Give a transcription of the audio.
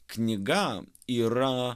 knyga yra